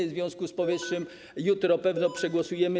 W związku z powyższym jutro pewnie ją przegłosujemy.